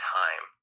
time